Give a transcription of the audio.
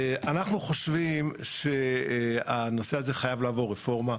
אנחנו חושבים שהנושא הזה חייב לעבור רפורמה,